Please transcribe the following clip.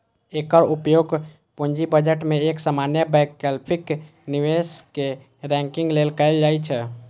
एकर उपयोग पूंजी बजट मे एक समान वैकल्पिक निवेश कें रैंकिंग लेल कैल जाइ छै